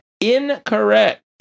incorrect